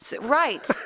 Right